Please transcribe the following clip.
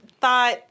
thought